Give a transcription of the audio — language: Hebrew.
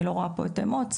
אני לא רואה פה את אמוץ,